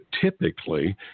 typically